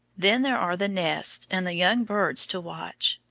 then there are the nests and the young birds to watch.